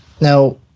Now